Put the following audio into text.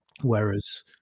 whereas